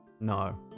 no